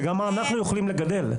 זה גם מה אנחנו יכולים לגדל.